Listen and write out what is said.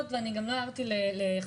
בעיני.